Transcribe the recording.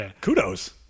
kudos